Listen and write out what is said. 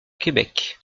québec